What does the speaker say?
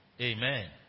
Amen